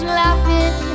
laughing